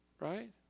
Right